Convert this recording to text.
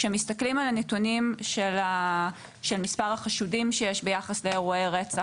כשמסתכלים על הנתונים של מספר החשודים שיש ביחס לאירועי רצח,